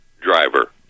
driver